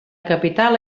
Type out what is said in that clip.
capital